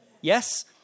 Yes